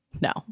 No